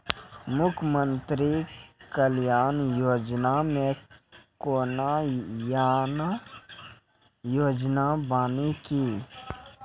मुख्यमंत्री कल्याण योजना मे कोनो नया योजना बानी की?